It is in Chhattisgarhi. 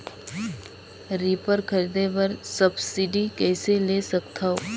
रीपर खरीदे बर सब्सिडी कइसे ले सकथव?